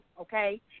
okay